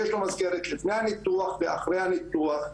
תהיה לו מסגרת לפני ואחרי הניתוח,